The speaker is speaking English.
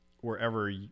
wherever